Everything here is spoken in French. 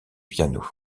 piano